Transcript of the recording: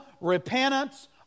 repentance